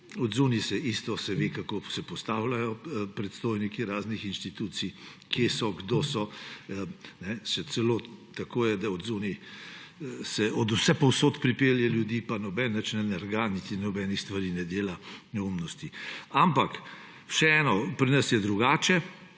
zunaj se enako, se ve, kako se postavljajo predstojniki raznih institucij, kje so, kdo so, še celo tako je, da zunaj se od vsepovsod pripelje ljudi, pa noben nič ne nerga, niti nobenih stvari ne dela, neumnosti. Ampak, še eno; pri nas je drugače,